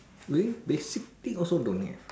really basic thing also don't have